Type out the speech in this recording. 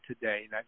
today